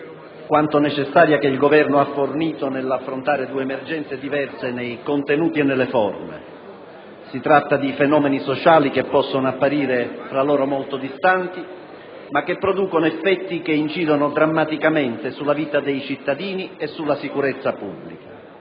quanto necessaria, che il Governo ha fornito nell'affrontare due emergenze diverse nei contenuti e nelle forme. Si tratta di fenomeni sociali che possono apparire fra loro molto distanti, ma che producono effetti che incidono drammaticamente sulla vita dei cittadini e sulla sicurezza pubblica.